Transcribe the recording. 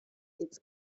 its